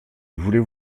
voulais